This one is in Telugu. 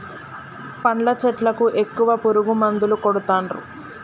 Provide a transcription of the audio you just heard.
పండ్ల చెట్లకు ఎక్కువ పురుగు మందులు కొడుతాన్రు